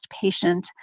patient